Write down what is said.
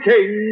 King